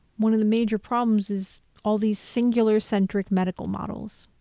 one of the major problems is all these singular centric medical models.